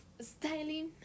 styling